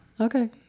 Okay